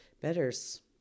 Better's